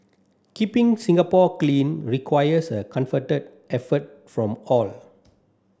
keeping Singapore clean requires a comforted effort from all